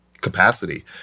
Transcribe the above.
capacity